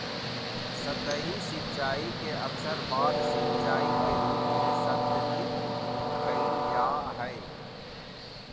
सतही सिंचाई के अक्सर बाढ़ सिंचाई के रूप में संदर्भित कइल जा हइ